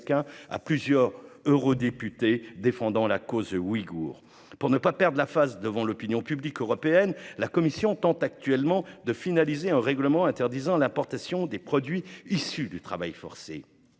à plusieurs eurodéputés défendant la cause ouïghoure. Pour ne pas perdre la face devant l'opinion publique européenne, la Commission tente actuellement de finaliser un règlement interdisant l'importation de produits issus du travail forcé.